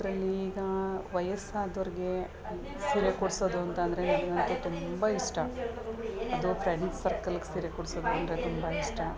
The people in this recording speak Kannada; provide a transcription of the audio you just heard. ಅದರಲ್ಲೀಗ ವಯಸ್ಸಾದೋರಿಗೆ ಸೀರೆ ಕೊಡಿಸೋದು ಅಂತಂದರೆ ನನ್ಗಂತೂ ತುಂಬ ಇಷ್ಟ ಅದು ಫ್ರೆಂಡ್ ಸರ್ಕಲ್ಲಿಗೆ ಸೀರೆ ಕೊಡಿಸೋದು ಅಂದರೆ ತುಂಬ ಇಷ್ಟ